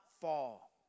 fall